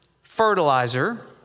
fertilizer